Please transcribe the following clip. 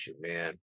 man